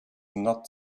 not